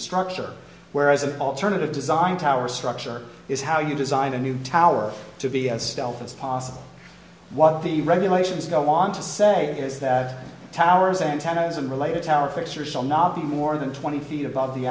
structure whereas an alternative design tower structure is how you design a new tower to be as stealth as possible what the regulations go on to say is that the towers antennas and related tower fixtures shall not be more than twenty feet above the